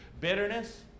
Bitterness